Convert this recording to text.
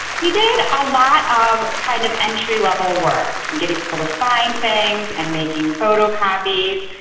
he did a lot of kind of entry-level work getting people to sign things and making photocopies,